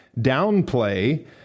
downplay